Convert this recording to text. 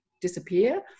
disappear